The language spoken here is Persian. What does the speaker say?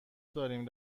داریم